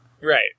Right